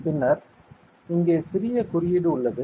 பின்னர் இங்கே சிறிய குறியீடு உள்ளது